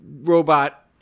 robot